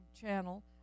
channel